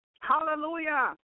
Hallelujah